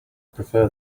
prefer